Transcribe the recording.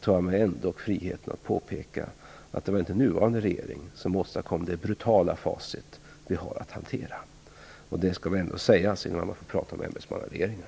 tar jag mig ändå friheten att påpeka att det inte var nuvarande regering som åstadkom det brutala facit vi har att hantera. Det skall ändå sägas innan man pratar om ämbetsmannaregeringar.